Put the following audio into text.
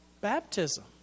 baptism